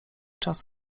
czas